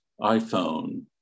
iPhone